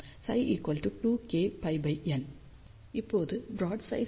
இப்போது broadside அரேக்கு δ 0